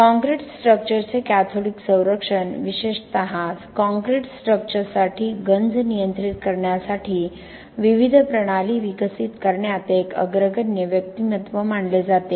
concrete स्ट्रक्चर्सचे cathodic संरक्षण विशेषत काँक्रीट स्ट्रक्चर्ससाठी गंज नियंत्रित करण्यासाठी विविध प्रणाली विकसित करण्यात ते एक अग्रगण्य व्यक्तिमत्त्व मानले जाते